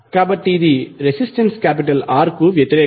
కాబట్టి ఇది resistance R కు వ్యతిరేకం